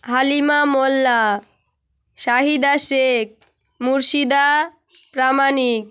Halima Molla Shahida Sheikh Murshida Pramanik